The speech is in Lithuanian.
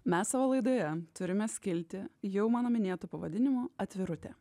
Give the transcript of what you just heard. mes savo laidoje turime skiltį jau mano minėtu pavadinimu atvirutė